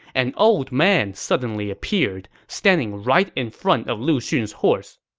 an old man suddenly appeared, standing right in front of lu xun's horse.